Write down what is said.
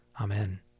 Amen